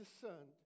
discerned